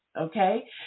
okay